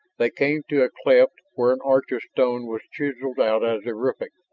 they came to a cleft where an arch of stone was chiseled out as a roofing.